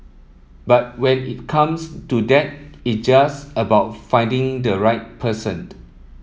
but when it comes to that it just about finding the right person